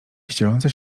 ścieląca